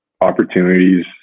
opportunities